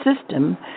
system